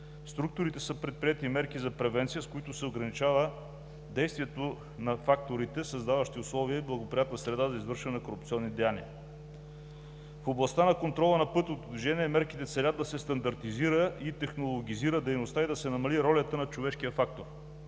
структурите са предприети мерки за превенция, с които се ограничава действието на факторите, създаващи условия и благоприятна среда за извършване на корупционни деяния. В областта на контрола на пътното движение мерките целят да се стандартизира и технологизира дейността, за да се намали ролята на човешкия фактор.